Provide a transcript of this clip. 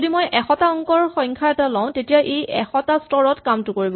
যদি মই ১০০ টা অংকৰ সংখ্যা এটা লওঁ ই তেতিয়া ১০০ টা স্তৰত কামটো কৰিব